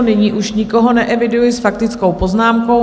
Nyní už nikoho neeviduji s faktickou poznámkou.